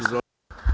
Izvolite.